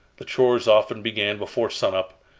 the chores often began before sun-up,